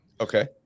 Okay